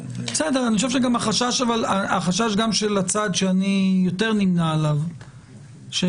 אבל החשש של הצד שאני נמנה איתו יותר הוא